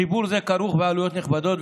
חיבור זה כרוך בעלויות נכבדות,